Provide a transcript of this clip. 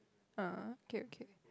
uh okay okay